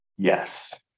Yes